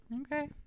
Okay